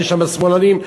יש שמאלנים?